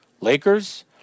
lakers